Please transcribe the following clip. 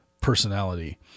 personality